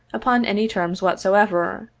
upon any terms whatsoever,